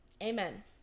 Amen